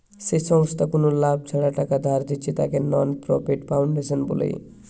যেই সংস্থা কুনো লাভ ছাড়া টাকা ধার দিচ্ছে তাকে নন প্রফিট ফাউন্ডেশন বলে